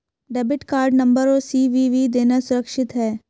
Debit card number और CVV देना सुरक्षित है?